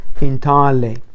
entirely